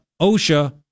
OSHA